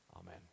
Amen